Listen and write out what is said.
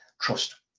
Trust